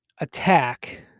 attack